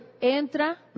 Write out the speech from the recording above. Entra